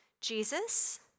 Jesus